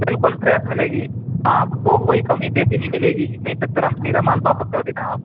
बिल्कुल फ्रेस मिलेगी आपको कोई कामों बेशी नहीं मिलेगी नहीं तो तुरंत मेरा माल वापस कर देना आप